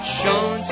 shown